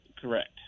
Correct